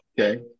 Okay